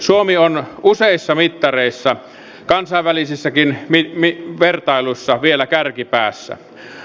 suomi on useissa mittareissa kansainvälisissäkin vertailuissa vielä kärkipäässä